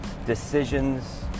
decisions